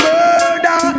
Murder